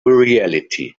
reality